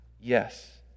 Yes